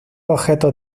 objetos